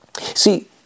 See